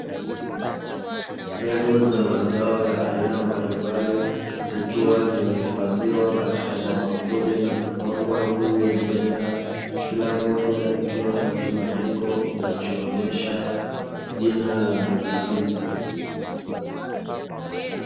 Mbegu za mazao ya aina mbalimbali zikiwa zimehifadhiwa katika mabakuli na kupangwa juu ya meza kila mmoja ikiwa na kibandiko inachoonyesha jina la mbegu hizo.